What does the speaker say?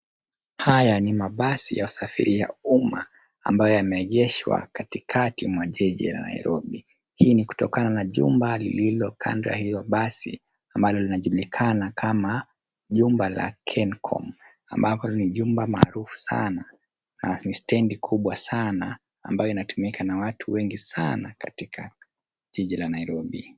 Haya ni mabasi ya usafiri ya umma ambayo yameegeshwa katikati mwa jiji la Nairobi. Hii ni kutokana na jumba lililo kando ya hiyo basi ambalo linajulikana kama jumba la Kencom, ambapo ni jumba maarufu sana na ni stendi kubwa sana ambayo inatumika na watu wengi sana katika jiji la Nairobi.